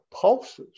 pulses